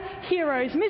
heroes